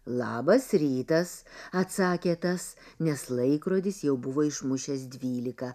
labas rytas atsakė tas nes laikrodis jau buvo išmušęs dvylika